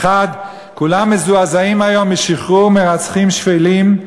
האחד, כולם מזועזעים היום משחרור מרצחים שפלים.